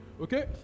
Okay